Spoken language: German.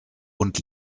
und